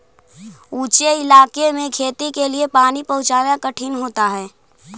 ऊँचे इलाके में खेती के लिए पानी पहुँचाना कठिन होता है